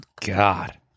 God